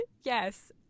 Yes